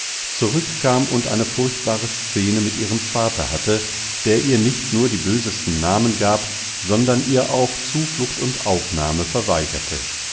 zurückkam und eine furchtbare scene mit ihrem vater hatte der ihr nicht nur die bösesten namen gab sondern ihr auch zuflucht und aufnahme verweigerte